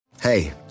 hey